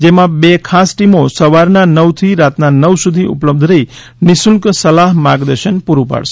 જેમાં બે ખાસટીમો સવારના નવથી રાતના નવ સુધી ઉપલબ્ધ રહી નિઃશુલ્ક સલાહ માર્ગદર્શન પૂરું પાડશે